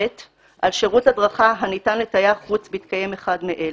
על שירות הדרכה הניתן לתייר חוץ בהתקיים אחד מאלה: